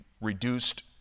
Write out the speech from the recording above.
reduced